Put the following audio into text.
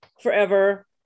forever